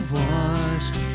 washed